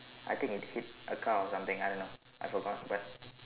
I think it hit a car or something I don't know I forgot but